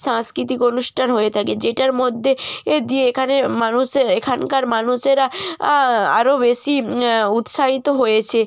সাংস্কৃতিক অনুষ্ঠান হয়ে থাকে যেটার মধ্যে এ দিয়ে এখানে মানুষের এখানকার মানুষেরা আরো বেশি উৎসাহিত হয়েছে